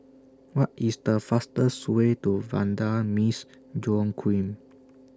What IS The fastest Way to Vanda Miss Joaquim